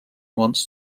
wants